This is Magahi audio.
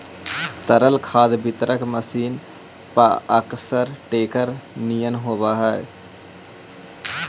तरल खाद वितरक मशीन पअकसर टेंकर निअन होवऽ हई